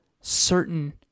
certain